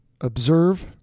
observe